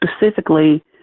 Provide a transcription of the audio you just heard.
specifically